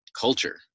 culture